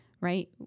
right